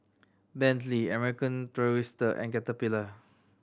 Bentley American Tourister and Caterpillar